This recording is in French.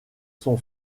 son